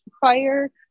fire